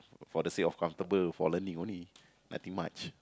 for the sake of comfortable for learning only nothing much